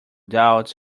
doubts